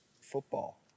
football